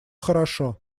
хорошо